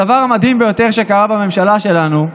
הדבר המדהים ביותר שקרה בממשלה שלנו,